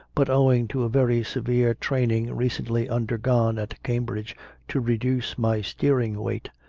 but owing to very severe training recently undergone at cambridge to reduce my steering weight,